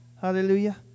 Hallelujah